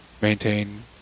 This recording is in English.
Maintain